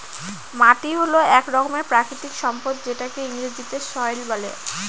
মাটি হল এক রকমের প্রাকৃতিক সম্পদ যেটাকে ইংরেজিতে সয়েল বলে